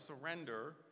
surrender